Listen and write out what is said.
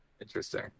Interesting